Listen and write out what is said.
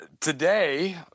today